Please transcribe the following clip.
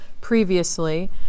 previously